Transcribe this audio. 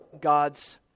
God's